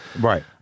Right